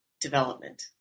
development